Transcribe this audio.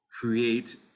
create